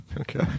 Okay